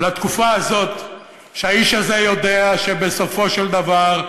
לתקופה הזאת הוא שהאיש הזה יודע שבסופו של דבר,